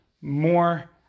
more